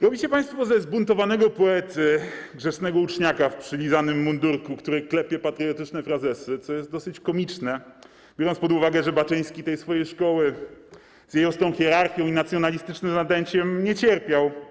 Robicie państwo ze zbuntowanego poety grzecznego uczniaka w przylizanym mundurku, który klepie patriotyczne frazesy, co jest dosyć komiczne, biorąc pod uwagę, że Baczyński tej swojej szkoły, z jej ostrą hierarchią i nacjonalistycznym nadęciem, nie cierpiał.